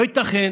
לא ייתכן